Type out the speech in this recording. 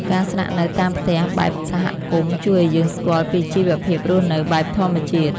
ការស្នាក់នៅតាមផ្ទះបែបសហគមន៍ ជួយឱ្យយើងស្គាល់ពីជីវភាពរស់នៅបែបធម្មជាតិ។